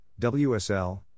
WSL